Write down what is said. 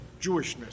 Jewishness